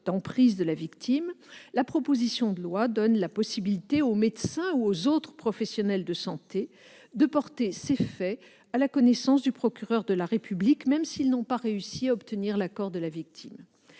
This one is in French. d'emprise de la victime, la proposition de loi donne la possibilité aux médecins ou aux autres professionnels de santé de porter ces faits à la connaissance du procureur de la République, même s'ils n'ont pas réussi à obtenir l'accord de la victime.